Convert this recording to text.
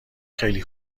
خیلی